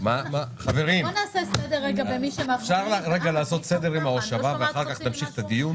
מ-25% עד 42%. הוא מתחיל רק אחרי שמחזירים את ההשקעה,